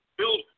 build